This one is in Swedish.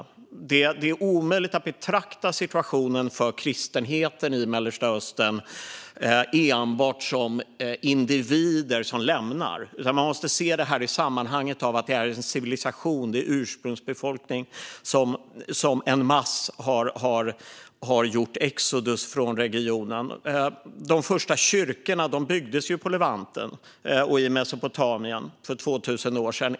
Det är omöjligt att betrakta situationen för kristenheten i Mellanöstern enbart som att det är individer som ger sig av. Man måste se det här i sammanhanget av att det är en civilisation, en ursprungsbefolkning, som en masse har gjort exodus från regionen. De första kyrkorna byggdes på Levanten och i Mesopotamien för 2 000 år sedan.